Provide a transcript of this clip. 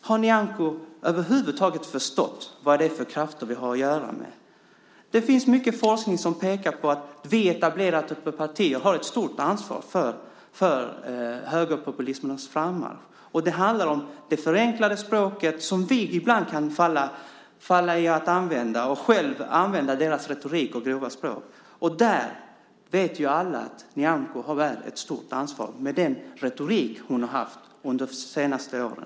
Har Nyamko över huvud taget förstått vad det är för krafter vi har att göra med? Det finns mycket forskning som pekar på att vi etablerade partier har ett stort ansvar för högerpopulismens frammarsch. Det handlar om det förenklade språk som vi ibland kan falla in i att använda och deras retorik och grova språk. Där vet alla att Nyamko har ett stort ansvar med den retorik hon har haft under de senaste åren.